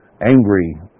angry